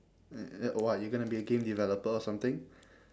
what you going to be a game developer or something